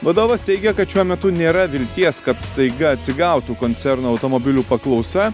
vadovas teigia kad šiuo metu nėra vilties kad staiga atsigautų koncerno automobilių paklausa